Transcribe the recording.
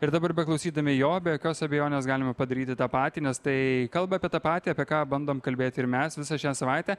ir dabar beklausydami jo be jokios abejonės galima padaryti tą patį nes tai kalba apie tą patį apie ką bandom kalbėti ir mes visą šią savaitę